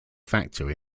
factor